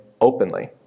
openly